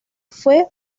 fue